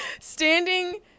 standing